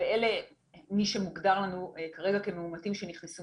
אלה מי שמוגדרים לנו כרגע כמאומתים שנכנסו